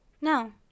No